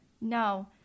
No